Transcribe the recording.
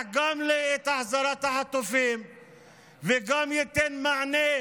גם את החזרת החטופים וגם ייתן מענה